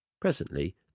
presently